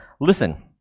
listen